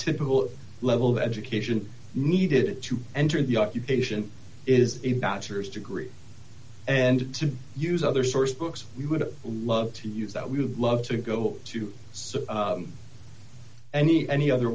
typical level of education needed to enter the occupation is a bachelor's degree and to use other source books we would love to use that we would love to go to any any other